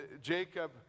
Jacob